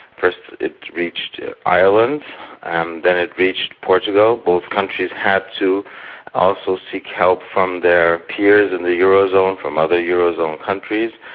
first it reached ireland and it reached portugal both countries had to also seek help from their peers in the euro zone, from other euro zone countries.